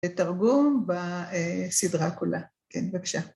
‫לתרגום בסדרה כולה. כן, בבקשה.